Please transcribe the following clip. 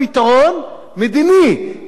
דווקא מתוך חשיבה משפטית אחרת,